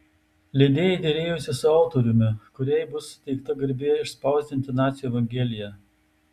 leidėjai derėjosi su autoriumi kuriai bus suteikta garbė išspausdinti nacių evangeliją